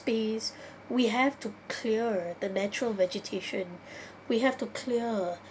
space we have to clear a the natural vegetation we have to clear a